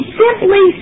simply